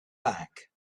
back